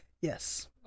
yes